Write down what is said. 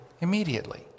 immediately